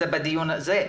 בדיון הזה,